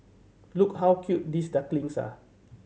look how cute these ducklings are